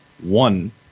one